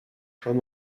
schon